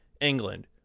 England